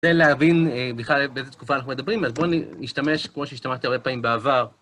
כדי להבין בכלל באיזו תקופה אנחנו מדברים, אז בואו נשתמש כמו שהשתמשתי הרבה פעמים בעבר.